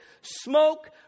Smoke